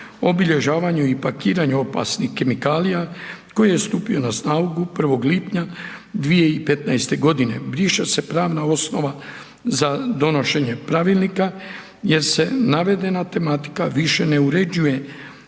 obilježavanju i pakiranju opasnih kemikalija koji je stupio na snagu 1. lipnja 2015.g. Briše se pravna osnova za donošenje Pravilnika jer se navedena tematika više ne uređuje